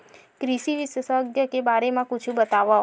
कृषि विशेषज्ञ के बारे मा कुछु बतावव?